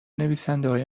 نویسندههای